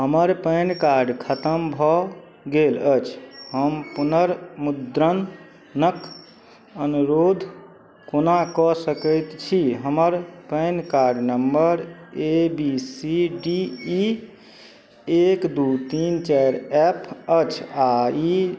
हमर PAN card खतम भऽ गेल अछि हम पुनर्मुद्रणके अनुरोध कोना कऽ सकै छी हमर PAN card number A B C D E एक दुइ तीन चारि एफ अछि आओर ई